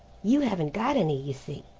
you haven't got any, you see.